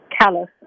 Callous